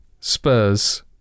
Spurs